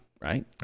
Right